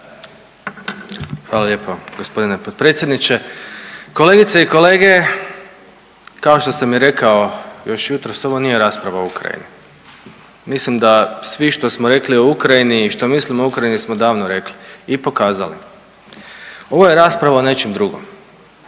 Hvala lijepo gospodine potpredsjedniče. Kolegice i kolege, kao što sam i rekao još jutros ovo nije rasprava o Ukrajini. Mislim da svi što smo rekli o Ukrajini i što mislimo o Ukrajini smo davno rekli i pokazali. Ovo je rasprava o nečem drugom